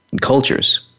cultures